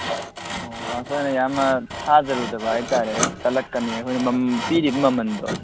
ꯑꯣ ꯑꯩꯈꯣꯏꯅ ꯌꯥꯝꯅ ꯊꯥꯖꯔꯨꯗꯕ ꯍꯥꯏꯇꯔꯦ ꯇꯠꯂꯛꯀꯅꯤ ꯑꯩꯈꯣꯏꯅ ꯄꯤꯔꯤꯕ ꯃꯃꯟꯗꯣ